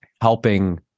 helping